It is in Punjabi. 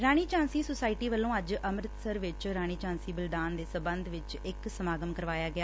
ਰਾਣੀ ਝਾਂਸੀ ਸੋਸਾਇਟੀ ਵੱਲੋਂ ਅੱਜ ਅੰਮ੍ਤਿਤਸਰ ਵਿਚ ਰਾਣੀ ਝਾਂਸੀ ਬਲੀਦਾਨ ਦੇ ਸਬੰਧ ਵਿਚ ਇਕ ਸਮਾਗਮ ਕਰਵਾਇਆ ਗਿਆ